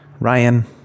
Ryan